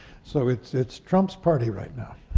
so it's it's trump's party right now.